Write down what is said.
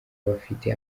bafite